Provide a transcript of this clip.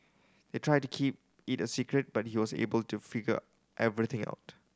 they tried to keep it a secret but he was able to figure everything out